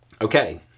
Okay